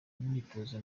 imyitozo